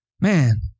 man